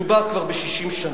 מדובר כבר ב-60 שנה,